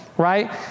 right